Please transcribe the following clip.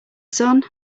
sun